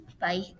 Bye